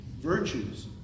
virtues